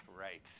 right